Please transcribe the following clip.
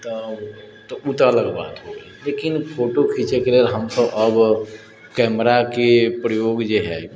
तऽ उ तऽ अलग बात हो गेलै लेकिन फोटो खिचैके लेल हमसब अब कैमराके प्रयोग जे हइ